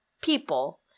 people